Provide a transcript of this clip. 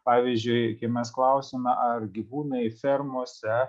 pavyzdžiui kai mes klausiame ar gyvūnai fermose